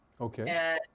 Okay